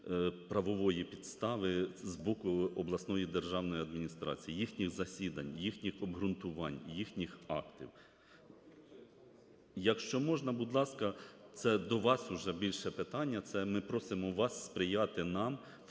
правової підстави з боку обласної державної адміністрації, їхніх засідань, їхніх обґрунтувань, їхніх актів. Якщо можна, будь ласка, це до вас уже більше питання. Це ми просимо вас сприяти нам у